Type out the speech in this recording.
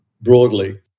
broadly